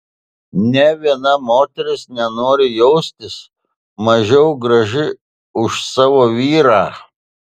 nė viena moteris nenori jaustis mažiau graži už savo vyrą